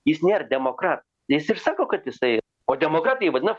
jis nėra demokra jis ir sako kad jisai o demokratai jį vadina